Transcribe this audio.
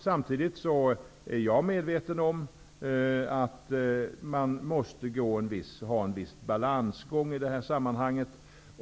Samtidigt är jag medveten om att vi måste ha en viss balansgång.